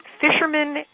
Fishermen